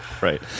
right